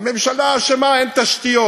הממשלה אשמה, אין תשתיות.